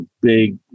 big